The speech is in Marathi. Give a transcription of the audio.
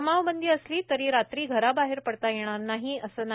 जमावबंदी असली तरी रात्री घराबाहेर पडता येणार नाही असे नाही